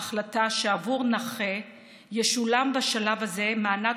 ההחלטה שעבור נכה ישולם בשלב הזה מענק